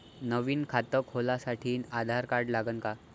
नवीन खात खोलासाठी आधार कार्ड लागन का?